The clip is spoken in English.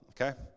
okay